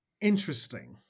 interesting